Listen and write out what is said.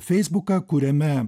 feisbuką kuriame